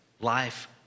life